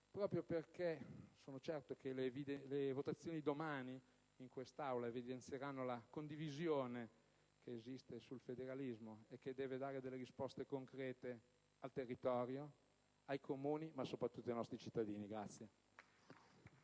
municipale. Sono certo che le votazioni di domani in quest'Aula evidenzieranno la condivisione che esiste sul federalismo, che deve dare delle risposte concrete al territorio, ai Comuni, ma soprattutto ai nostri cittadini.